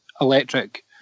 electric